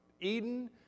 Eden